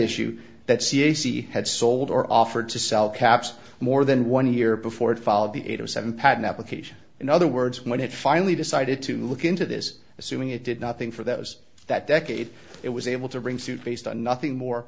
issue that cac had sold or offered to sell caps more than one year before it followed the eight hundred and seven patent application in other words when it finally decided to look into this assuming it did nothing for those that decade it was able to bring suit based on nothing more